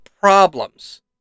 problems